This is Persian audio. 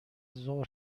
ظهر